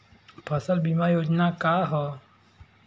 फसल बीमा योजना का ह?